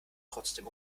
trotzdem